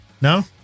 No